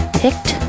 picked